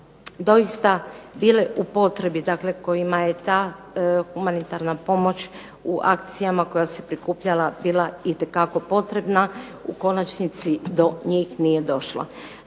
doista bile u potrebi, dakle kojima je ta humanitarna pomoć u akcijama koja se prikupljala bila itekako potrebna, u konačnici do njih nije došla.